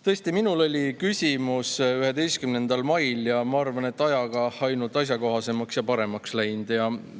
Tõesti, minul oli küsimusi 11. mail ja ma arvan, et [need on] ajaga ainult asjakohasemaks ja paremaks läinud.